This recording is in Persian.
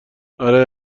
آره